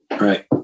Right